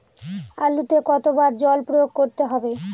আলুতে কতো বার জল প্রয়োগ করতে হবে?